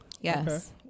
Yes